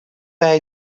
bij